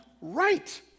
Right